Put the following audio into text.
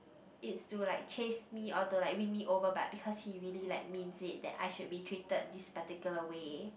it's to like chase me or to like win me over but because he really like means it that I should be treated this particular way